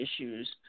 issues